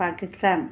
Pakistan